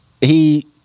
he-